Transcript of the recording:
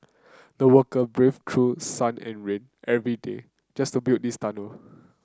the worker braved through sun and rain every day just to build this tunnel